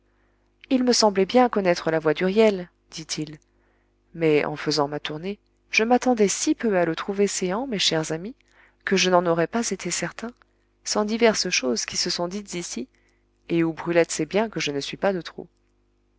il me semblait bien connaître la voix d'huriel dit-il mais en faisant ma tournée je m'attendais si peu à le trouver céans mes chers amis que je n'en aurais pas été certain sans diverses choses qui se sont dites ici et où brulette sait bien que je ne suis pas de trop